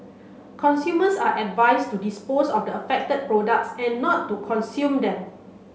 consumers are advised to dispose of the affected products and not to consume them